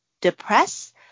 depress